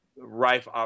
rife